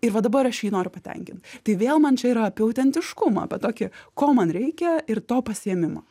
ir va dabar aš jį noriu patenkint tai vėl man čia yra apie autentiškumą apie tokį ko man reikia ir to pasiėmimą